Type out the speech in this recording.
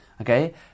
okay